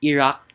Iraq